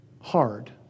hard